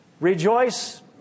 rejoice